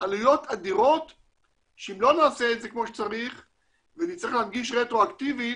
עלויות אדירות שאם לא נעשה את זה כמו שצריך ונצטרך להנגיש רטרואקטיבית,